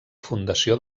fundació